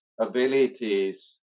abilities